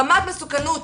רמת מסוכנות